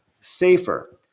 safer